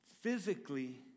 physically